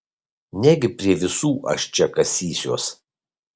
negi prie visų aš čia kasysiuos